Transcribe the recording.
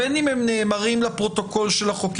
בין אם הם נאמרים לפרוטוקול של החוקר,